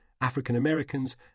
African-Americans